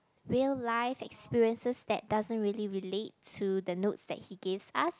real life experiences that doesn't really relate to the notes that he gives us